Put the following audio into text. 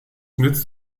nützt